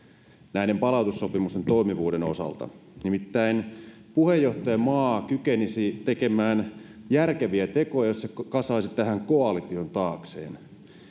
näiden palautussopimusten toimivuuden osalta nimittäin puheenjohtajamaa kykenisi tekemään järkeviä tekoja jos se kasaisi tähän koalition taakseen